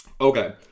Okay